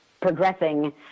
progressing